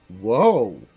whoa